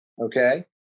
Okay